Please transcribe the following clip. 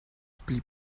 blieb